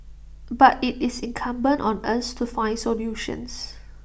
but IT is incumbent on us to find solutions